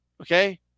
Okay